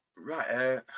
right